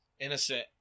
innocent